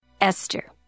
Esther